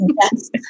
Yes